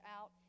out